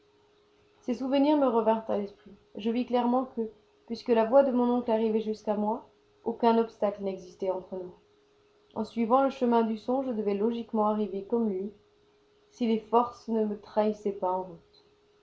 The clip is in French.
ces souvenirs me revinrent à l'esprit et je vis clairement que puisque la voix de mon oncle arrivait jusqu'à moi aucun obstacle n'existait entre nous en suivant le chemin du son je devais logiquement arriver comme lui si les forces ne me trahissaient pas en route